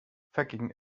vergingen